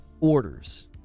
orders